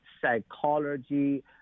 psychology